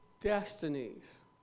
destinies